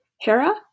Hera